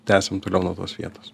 tęsiam toliau nuo tos vietos